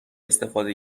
استفاده